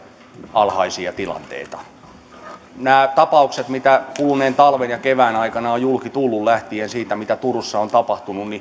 alhaisia tilanteita näissä tapauksissa mitä kuluneen talven ja kevään aikana on julki tullut lähtien siitä mitä turussa on tapahtunut